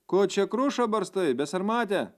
ko čia krušą barstai besarmate